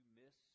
miss